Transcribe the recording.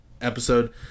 episode